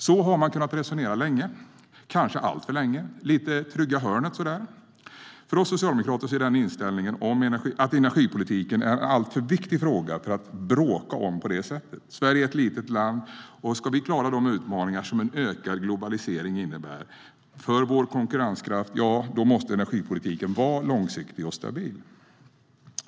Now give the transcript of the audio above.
Så har man kunnat resonera länge, kanske alltför länge - det är lite "trygga hörnet".Vi socialdemokrater har inställningen att energipolitiken är en alltför viktig fråga att bråka om på det sättet. Sverige är ett litet land, och om vi ska klara de utmaningar som en ökad globalisering innebär för vår konkurrenskraft måste energipolitiken vara långsiktig och stabil.